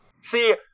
See